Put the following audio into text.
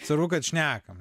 svarbu kad šnekam